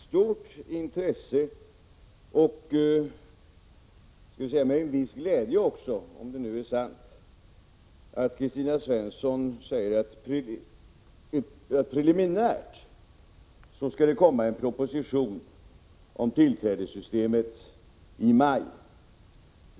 Herr talman! Jag noterar med stort intresse — och med viss glädje, om det nu är sant — att Kristina Svensson säger att det preliminärt i maj skall komma en proposition om tillträdessystemet.